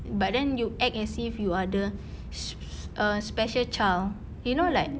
but then you act as it you are the sp~ sp~ err special child you know like